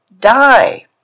die